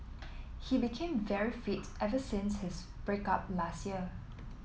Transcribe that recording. he became very fit ever since his break up last year